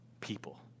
People